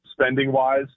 Spending-wise